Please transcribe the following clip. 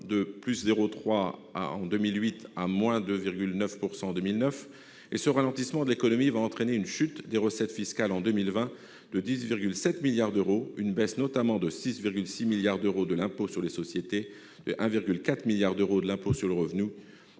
de +0,3 % en 2008 à-2,9 % en 2009. Ce ralentissement de l'économie va entraîner une chute des recettes fiscales en 2020, de 10,7 milliards d'euros : une baisse, notamment, de 6,6 milliards d'euros de l'impôt sur les sociétés, de 1,4 milliard d'euros de l'impôt sur le revenu